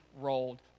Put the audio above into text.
rolled